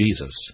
Jesus